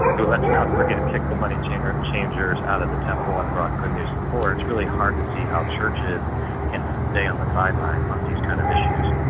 who let's not forget kicked the money changers changers out of the temple and brought good news to the poor, it's really hard to see how churches can stay on the sidelines on these kinds kind of issues.